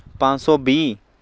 ਪੰਜ ਸੌ ਵੀਹ